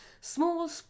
small